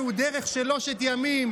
העיקר".